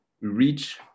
reach